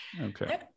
Okay